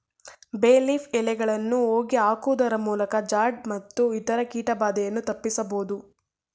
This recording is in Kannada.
ಬೇ ಲೀಫ್ ಎಲೆಗಳನ್ನು ಹೋಗಿ ಹಾಕುವುದರಮೂಲಕ ಜಾಡ್ ಮತ್ತು ಇತರ ಕೀಟ ಬಾಧೆಯನ್ನು ತಪ್ಪಿಸಬೋದು